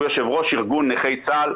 יושב-ראש ארגון נכי צה"ל,